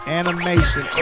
animation